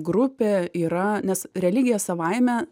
grupė yra nes religija savaime